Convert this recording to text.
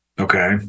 okay